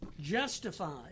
justified